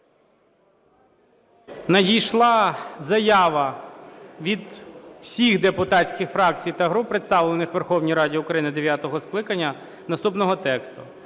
надійшла заява від всіх депутатських фракцій та груп, представлених у Верховній Раді України дев'ятого скликання, наступного тексту.